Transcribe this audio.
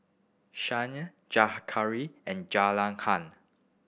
Syah Zakaria and Zulaikha